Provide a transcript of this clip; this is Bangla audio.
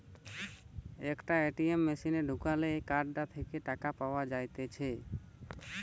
একটা এ.টি.এম মেশিনে ঢুকালে এই কার্ডটা থেকে টাকা পাওয়া যাইতেছে